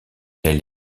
elle